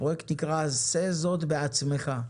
הפרויקט נקרא "עשה זאת בעצמך".